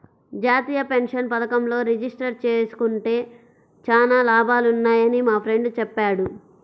జాతీయ పెన్షన్ పథకంలో రిజిస్టర్ జేసుకుంటే చానా లాభాలున్నయ్యని మా ఫ్రెండు చెప్పాడు